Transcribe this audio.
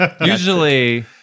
Usually